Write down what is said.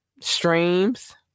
streams